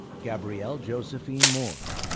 gabrielle josephine moore,